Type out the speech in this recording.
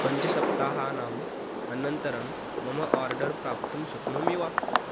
पञ्चसप्ताहात् अनन्तरं मम आर्डर् प्राप्तुं शक्नोमि वा